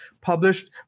published